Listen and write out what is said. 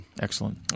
Excellent